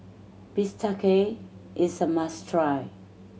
bistake is a must try